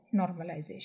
normalization